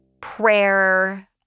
prayer